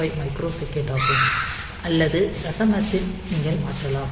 085 microsecond ஆகும் அல்லது தசமத்தில் நீங்கள் மாற்றலாம்